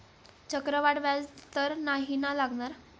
चक्रवाढ व्याज तर नाही ना लागणार?